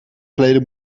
geleden